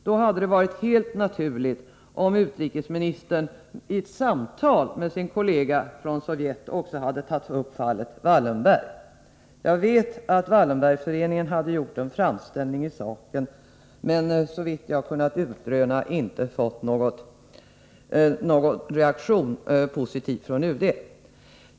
Det hade därför varit helt naturligt om utrikesministern vid samtal med sin kollega från Sovjet också hade berört fallet Wallenberg. Jag vet att Wallenbergföreningen hade gjort en framställning i saken. Såvitt jag kunnat utröna har föreningen emellertid inte fått någon positiv reaktion från UD.